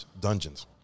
dungeons